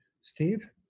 Steve